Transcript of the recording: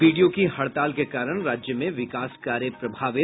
BDO की हड़ताल के कारण राज्य में विकास कार्य प्रभावित